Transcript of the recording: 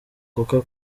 coca